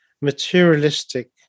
materialistic